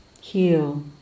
heal